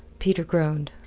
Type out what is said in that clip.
peter groaned.